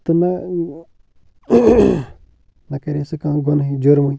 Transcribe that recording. تہٕ نہ نَہ کَرِ ہے سُہ کانٛہہ گُنہٕے جُرمٕے